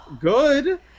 good